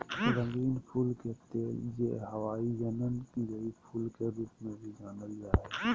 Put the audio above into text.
रंगीन फूल के तेल, जे हवाईयन लेई फूल के रूप में भी जानल जा हइ